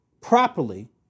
properly